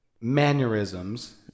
mannerisms